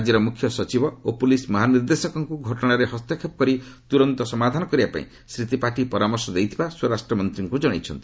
ରାଜ୍ୟର ମୁଖ୍ୟ ସଚିବ ଓ ପୁଲିସ୍ ମହାନିର୍ଦ୍ଦେଶକଙ୍କୁ ଘଟଣାରେ ହସ୍ତକ୍ଷେପ କରି ତ୍ରନ୍ତ ସମାଧାନ କରିବାପାଇଁ ଶ୍ରୀ ତ୍ରିପାଠୀ ପରାମର୍ଶ ଦେଇଥିବା ସ୍ୱରାଷ୍ଟ୍ର ମନ୍ତ୍ରୀଙ୍କୁ ଜଣାଇଛନ୍ତି